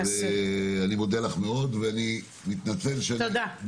אני מודה לך מאוד ואני מתנצל שאני בורח,